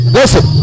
Listen